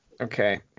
okay